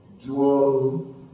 Jewel